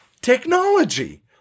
Technology